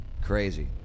crazy